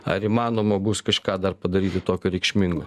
ar įmanoma bus kažką dar padaryti tokio reikšmingo